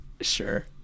Sure